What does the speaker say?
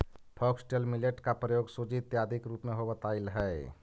foxtail millet का प्रयोग सूजी इत्यादि के रूप में होवत आईल हई